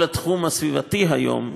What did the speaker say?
כל התחום הסביבתי היום,